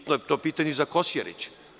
To je bitno pitanje i za Kosjerić.